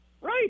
Right